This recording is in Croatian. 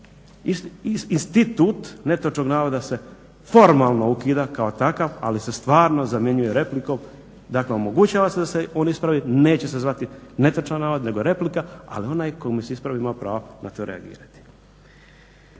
institut netočnog navoda se formalno ukida kao takav ali se stvarno zamjenjuje replikom. Dakle omogućuje se da se on ispravi, neće se zvati netočan navod ali replika, ali onaj komu se ispravi ima pravo na to reagirati.